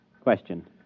Question